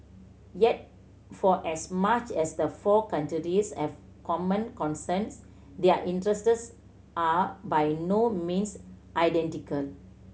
yet for as much as the four have common concerns their interests are by no means identical